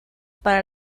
para